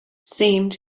seemed